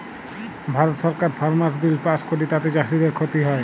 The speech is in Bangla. ভারত সরকার ফার্মার্স বিল পাস্ ক্যরে তাতে চাষীদের খ্তি হ্যয়